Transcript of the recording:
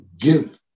give